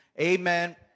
amen